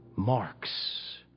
Marks